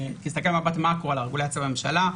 תסתכל במבט מקרו על הרגולציה בממשלה,